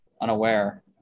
unaware